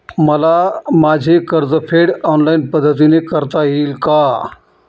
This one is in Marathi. मला माझे कर्जफेड ऑनलाइन पद्धतीने करता येईल का?